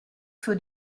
für